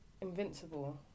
Invincible